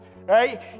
right